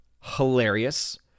Hilarious